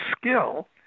skill